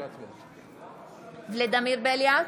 בעד ולדימיר בליאק,